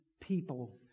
people